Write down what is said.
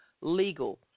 legal